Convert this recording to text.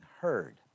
heard